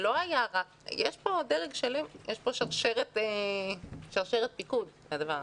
יש פה שרשרת פיקוד.